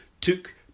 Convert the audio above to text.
took